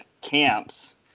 camps